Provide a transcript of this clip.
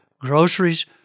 groceries